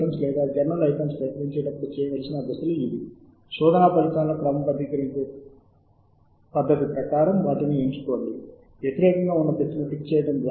ఇది చాలా సరళంగా ఉంది వేరే పద్ధతిలో క్రమబద్ధీకరించడానికి మరియు చాలా ముఖ్యమైన ప్రచురణలను గుర్తించడానికి ప్రయత్నాలు చేస్తున్నాము